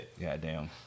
Goddamn